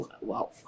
wow